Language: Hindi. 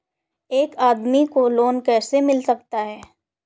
एक आदमी को लोन कैसे मिल सकता है?